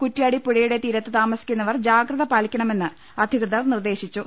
കുറ്റ്യാടി പുഴ യുടെ തീരത്ത് താമസിക്കുന്നവർ ജാഗ്രത പാലിക്കണമെന്ന് അധി കൃതർ നിർദേശിച്ചു